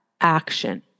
action